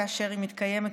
כאשר היא מתקיימת,